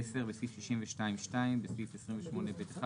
בסעיף 62(2) בסעיף 28(ב1),